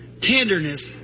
tenderness